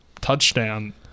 touchdown